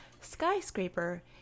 Skyscraper